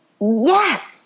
yes